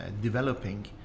developing